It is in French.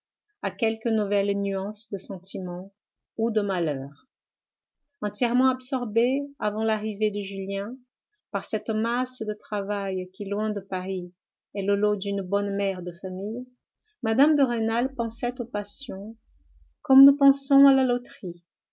à quelque nouvelle nuance de sentiment ou de malheur entièrement absorbée avant l'arrivée de julien par cette masse de travail qui loin de paris est le lot d'une bonne mère de famille mme de rênal pensait aux passions comme nous pensons à la loterie